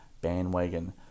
bandwagon